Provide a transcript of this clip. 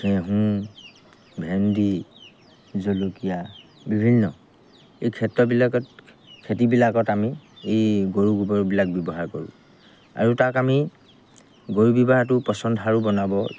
ঘেহু ভেণ্ডি জলকীয়া বিভিন্ন এই ক্ষেত্ৰবিলাকত খেতিবিলাকত আমি এই গৰু গোবৰবিলাক ব্যৱহাৰ কৰোঁ আৰু তাক আমি গৰু পচন সাৰো বনাব